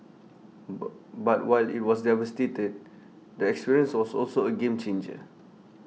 but but while IT was devastated the experience was also A game changer